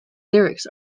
lyrics